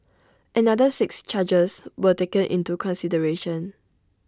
another six charges were taken into consideration